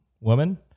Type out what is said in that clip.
woman